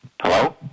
Hello